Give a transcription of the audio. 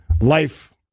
life